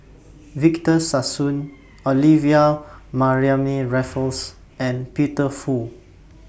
Victor Sassoon Olivia Mariamne Raffles and Peter Fu